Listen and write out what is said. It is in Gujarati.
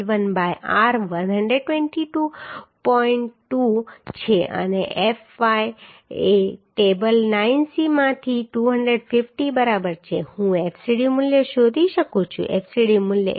2 છે અને fy એ ટેબલ 9c માંથી 250 બરાબર છે હું fcd મૂલ્ય શોધી શકું છું fcd મૂલ્ય 83